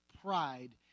pride